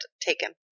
taken